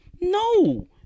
No